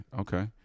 okay